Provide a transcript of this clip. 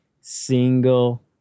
single